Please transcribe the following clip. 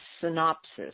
synopsis